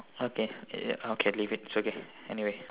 okay uh okay leave it it's okay anyway